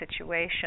situation